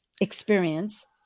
experience